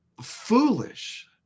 foolish